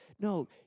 No